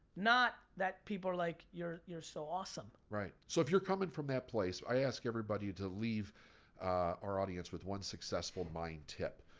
not that people are like, you're you're so awesome. right, so if you're coming from that place, i ask everybody to leave our audience with one successful mind tip.